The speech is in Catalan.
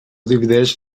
divideix